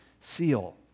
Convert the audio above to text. seal